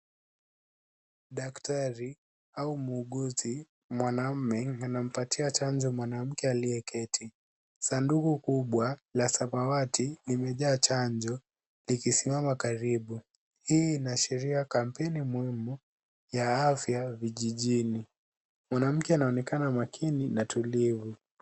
Daktari au muuguzi mwanaume, anampatia chanjo mwanamke aliyeketi. Sanduku kubwa la samawati limejaa chanjo likisimama karibu. Hii inaashiria kampeni muhimu ya afya vijijini. Mwanamke anaonekana makini na tulivu.